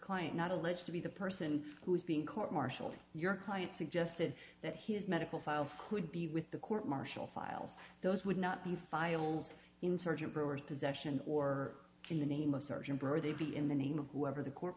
client not alleged to be the person who's being court martialed your client suggested that his medical files could be with the court martial files those would not be files in sergeant brewer possession or in the name of surgeon byrd they'd be in the name of whoever the court